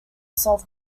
solve